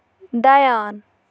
دَیان